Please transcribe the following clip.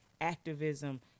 activism